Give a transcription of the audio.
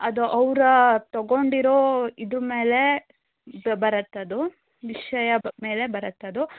ಅದು ಅವರ ತೊಗೊಂಡಿರೋ ಇದು ಮೇಲೆ ಬರತ್ತೆ ಅದು ವಿಷಯ ಮೇಲೆ ಬರತ್ತೆ ಅದು